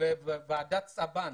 וועדת סבן